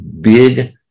big